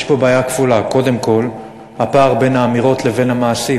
יש פה בעיה כפולה: קודם כול הפער בין האמירות לבין המעשים,